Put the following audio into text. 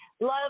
love